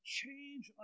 change